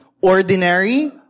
Ordinary